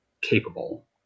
capable